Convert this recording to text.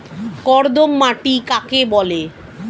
কর্দম মাটি কাকে বলে?